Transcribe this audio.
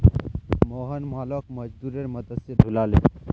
मोहन मालोक मजदूरेर मदद स ढूला ले